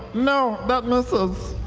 no, that misses.